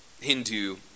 Hindu